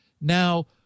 Now